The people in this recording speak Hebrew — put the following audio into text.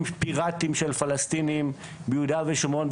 פירטיים של פלסטינים ביהודה ושומרון,